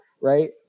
right